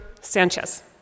Sanchez